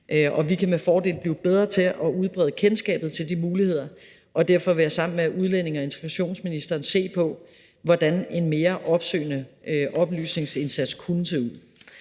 Vi kan med fordel blive bedre til at udbrede kendskabet til de muligheder, og derfor vil jeg sammen med udlændinge- og integrationsministeren se på, hvordan en mere opsøgende oplysningsindsats kunne se ud.